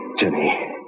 Jenny